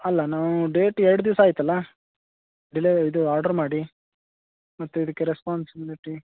ಅಲ್ಲ ನಾವು ಡೇಟ್ ಎರಡು ದಿವಸ ಆಯಿತಲ್ಲಾ ಡಿಲೇ ಇದು ಆರ್ಡ್ರ್ ಮಾಡಿ ಮತ್ತೆ ಇದಕ್ಕೆ ರೆಸ್ಪಾನ್ಸಿಬಿಲಿಟಿ